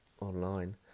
online